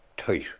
tight